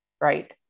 right